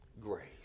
grace